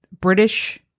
British